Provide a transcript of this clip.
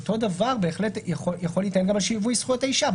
אותו דבר בהחלט יכול להיטען בנוגע לשיווי זכויות האישה.